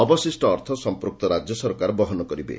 ଅବଶିଷ ଅର୍ଥ ସମ୍ମ୍ୟକ୍ତ ରାଜ୍ୟ ସରକାର ବହନ କରିବେ